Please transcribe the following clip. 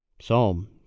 Psalm